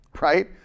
right